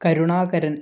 Karunakaran